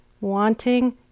wanting